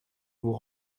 vous